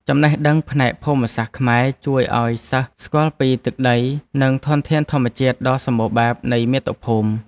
ចំណេះដឹងផ្នែកភូមិសាស្ត្រខ្មែរជួយឱ្យសិស្សស្គាល់ពីទឹកដីនិងធនធានធម្មជាតិដ៏សម្បូរបែបនៃមាតុភូមិ។